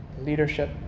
leadership